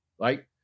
right